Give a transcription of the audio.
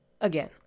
Again